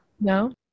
No